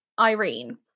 Irene